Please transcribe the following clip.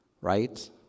right